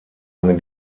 eine